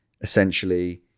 essentially